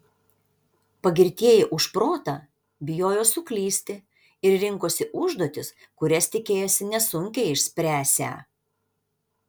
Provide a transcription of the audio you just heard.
pagirtieji už protą bijojo suklysti ir rinkosi užduotis kurias tikėjosi nesunkiai išspręsią